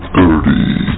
Thirty